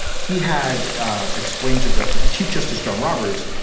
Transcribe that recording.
he had explained to the chief justice, john roberts,